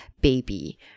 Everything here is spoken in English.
baby